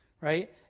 right